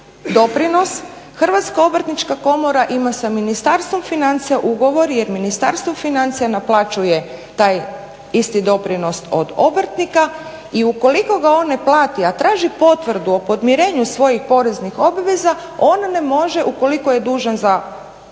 doprinos Hrvatska obrtnička komora ima sa Ministarstvom financija ugovor jer Ministarstvo financija naplaćuje taj isti doprinos od obrtnika i ukoliko ga on ne plati, a traži potvrdu o podmirenju svojih poreznih obveza, on ne može ukoliko je dužan za komoru